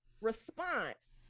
response